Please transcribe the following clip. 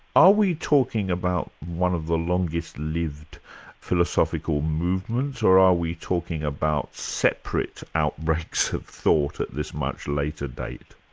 are we talking about one of the longest-lived philosophical movements, or are we talking about separate outbreaks of thought at this much later date?